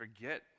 forget